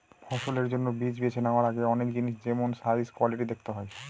ফসলের জন্য বীজ বেছে নেওয়ার আগে অনেক জিনিস যেমল সাইজ, কোয়ালিটি দেখতে হয়